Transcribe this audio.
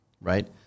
right